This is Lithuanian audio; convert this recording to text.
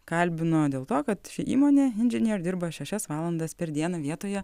kalbino dėl to kad ši įmonė engineer dirba šešias valandas per dieną vietoje